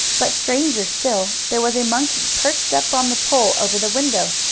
but, stranger still, there was a monkey, perched up on the pole over the window.